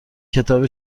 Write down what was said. کتاب